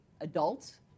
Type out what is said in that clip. adults